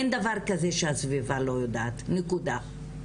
אין דבר כזה שהסביבה לא יודעת, נקודה.